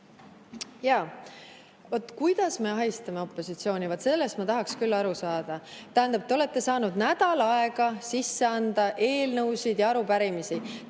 … Kuidas me ahistame opositsiooni? Vot sellest ma tahaks küll aru saada. Te olete saanud nädal aega üle anda eelnõusid ja arupärimisi.